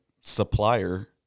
supplier